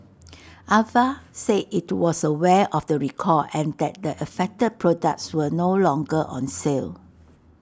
Ava said IT was aware of the recall and that the affected products were no longer on sale